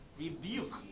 Rebuke